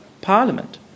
Parliament